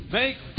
make